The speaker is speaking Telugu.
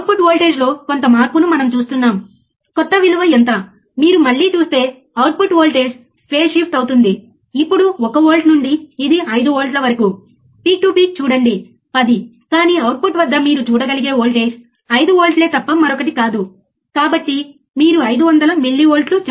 కాబట్టి దాని నుండి మనం ఒక నిర్దిష్ట ఫ్రీక్వెన్సీ వద్ద ఆప్ ఆంప్ ఆపరేట్ చేయలేమని అర్థం చేసుకున్నాము ఇది ఆపరేషనల్ యాంప్లిఫైయర్ ఆపరేట్ చేయగల గరిష్ట ఫ్రీక్వెన్సీ